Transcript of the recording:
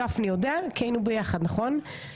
גפני יודע כי היינו ביחד, נכון?